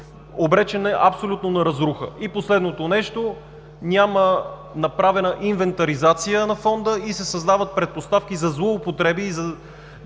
Обречен е абсолютно на разруха. Последното нещо – няма направена инвентаризация на Фонда и се създават предпоставки за злоупотреби и